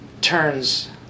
turns